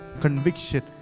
conviction